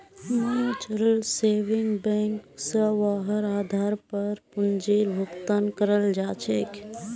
mutual saving bank स वहार आधारेर पर पूंजीर भुगतान कराल जा छेक